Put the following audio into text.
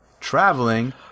Traveling